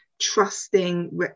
trusting